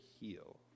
heal